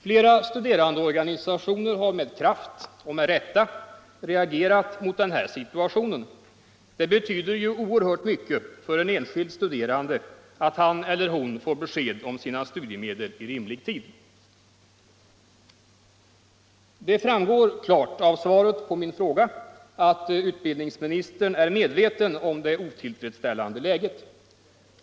Flera studerandeorganisationer har med kraft och med rätta reagerat mot den här situationen. Det betyder ju ocrhört mycket för en enskild studerande att han eller hon får besked om sina studiemedel i rimlig tid. Det framgår klart av svaret på min fråga att utbildningsministern är medveten om det otillfredsställande läget.